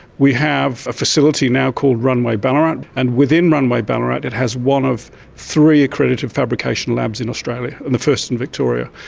we have a facility now called runway ballarat, and within runway ballarat it has one of three accredited fabrication labs in australia and the first in victoria,